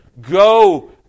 go